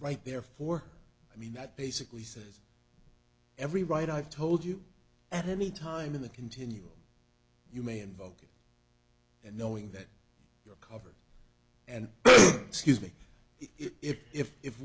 right therefore i mean that basically says every write i've told you at any time in the continuum you may invoke it and knowing that you're covered and excuse me if if if